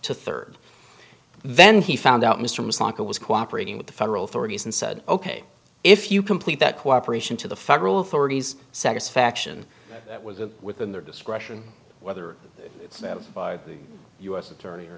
to third then he found out mr masako was cooperating with the federal authorities and said ok if you complete that cooperation to the federal authorities satisfaction that was within their discretion whether it's by the u s attorney or